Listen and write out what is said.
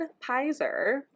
Pizer